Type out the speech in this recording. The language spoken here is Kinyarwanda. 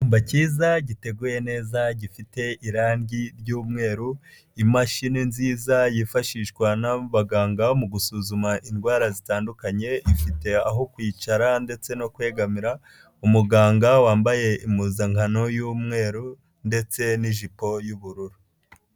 Icyumba kiza giteguye neza gifite irangi ry'umweru, imashini nziza yifashishwa n'abaganga mu gusuzuma indwara zitandukanye ifite aho kwicara ndetse no kwegamira, umuganga wambaye impuzankano y'umweru ndetse n'ijipo y'ubururu.